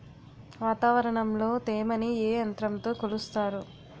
వాతావరణంలో తేమని ఏ యంత్రంతో కొలుస్తారు?